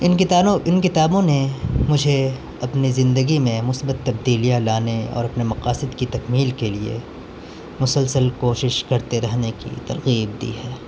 ان ان کتابوں نے مجھے اپنے زندگی میں مثبت تبدیلیاں لانے اور اپنے مقاصد کی تکمیل کے لیے مسلسل کوشش کرتے رہنے کی ترغیب دی ہے